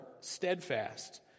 steadfast